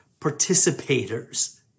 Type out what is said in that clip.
Participators